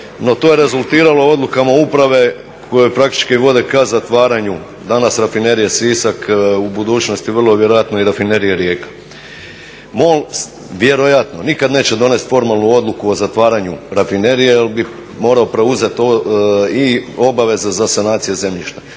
no to je rezultiralo odlukama uprave koje praktički vode ka zatvaranju danas Rafinerije Sisak, u budućnosti vrlo vjerojatno Rafinerije Rijeka. MOL vjerojatno nikada neće donijeti formalnu odluku o zatvaranju rafinerije jer bi morao preuzeti i obaveze za sanacije zemljišta